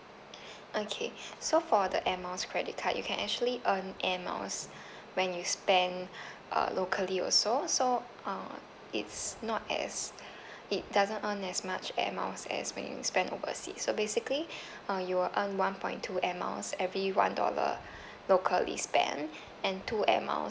okay so for the air miles credit card you can actually earn air miles when you spend uh locally also so uh it's not as it doesn't earn as much air miles as when you spend oversea so basically uh you will earn one point two air miles every one dollar locally spent and two air miles